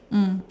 mm